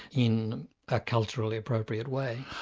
in a culturally appropriate way.